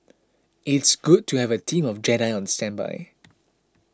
it's good to have a team of Jedi on standby